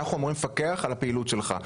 אנחנו אמורים לפקח על הפעילות שלך,